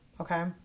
Okay